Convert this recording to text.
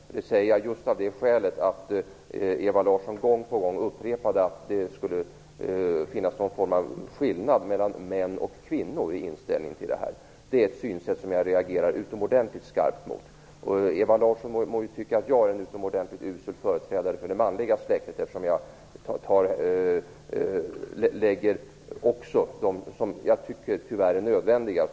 Detta säger jag just av det skälet att Ewa Larsson gång på gång upprepade att det skulle finnas någon form av skillnad mellan män och kvinnor i deras inställning i frågan. Det är ett synsätt som jag reagerar utomordentligt skarpt mot. Ewa Larsson må tycka att jag är en utomordentligt usel företrädare för det manliga släktet när jag lägger fram de synpunkter som jag tycker, tyvärr, är nödvändiga.